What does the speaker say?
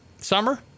summer